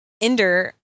Ender